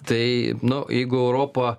tai nu jeigu europa